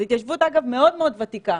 זו התיישבות, אגב, מאוד מאוד ותיקה.